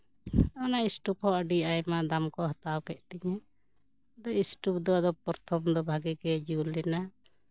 ᱚᱱᱟ ᱤᱥᱴᱳᱵᱷ ᱦᱚᱸ ᱟᱹᱰᱤ ᱟᱭᱢᱟ ᱫᱟᱢ ᱠᱚ ᱦᱟᱛᱟᱣ ᱠᱮᱜ ᱛᱤᱧᱟᱹ ᱟᱫᱚ ᱤᱥᱴᱳᱵᱷ ᱫᱚ ᱯᱨᱚᱛᱷᱚᱢ ᱫᱚ ᱵᱷᱟᱜᱮ ᱜᱮ ᱡᱩᱞ ᱞᱮᱱᱟ